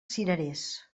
cirerers